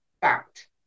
fact